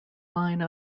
line